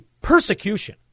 persecution